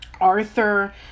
Arthur